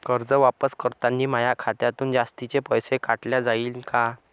कर्ज वापस करतांनी माया खात्यातून जास्तीचे पैसे काटल्या जाईन का?